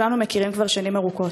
כולנו מכירים כבר שנים ארוכות.